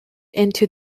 into